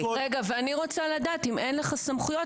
אני רוצה לדעת: אם אין לך סמכויות,